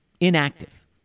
inactive